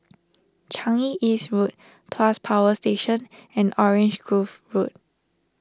Changi East Road Tuas Power Station and Orange Grove Road